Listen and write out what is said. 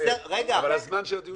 אבל הזמן של הדיון הסתיים.